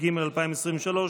התשפ"ג 2023,